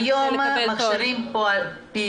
איפה נמצאים היום מכשירים פעילים?